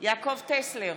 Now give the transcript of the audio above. יעקב טסלר,